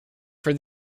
for